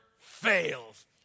fails